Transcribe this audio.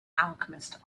alchemist